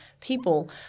people